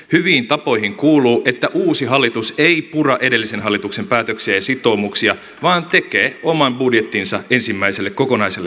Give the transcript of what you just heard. hyviin tapoihin kuuluu että uusi hallitus ei pura edellisen hallituksen päätöksiä ja sitoumuksia vaan tekee oman budjettinsa ensimmäiselle kokonaiselle hallintovuodelleen